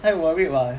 她也 worried [what]